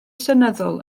seneddol